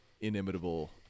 inimitable